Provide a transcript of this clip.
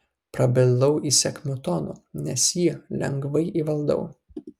prabilau įsakmiu tonu nes jį lengvai įvaldau